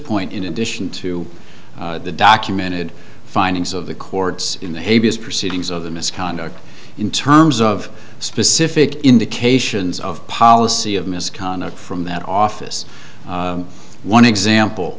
point in addition to the documented findings of the courts in the hague is proceedings of the misconduct in terms of specific indications of policy of misconduct from that office one example